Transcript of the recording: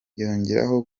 yongeraho